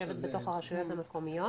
שיושבת בתוך הרשויות המקומיות